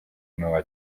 nueva